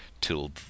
till